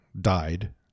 died